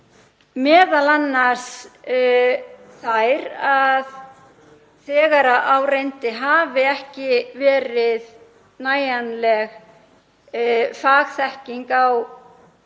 ferli, m.a. þeir að þegar á reyndi hafi ekki verið nægjanleg fagþekking á